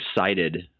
excited